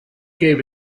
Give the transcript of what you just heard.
gave